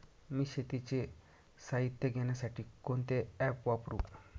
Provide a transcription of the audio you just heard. मी शेतीचे साहित्य घेण्यासाठी कोणते ॲप वापरु?